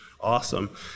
awesome